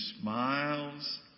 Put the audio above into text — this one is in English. smiles